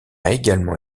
également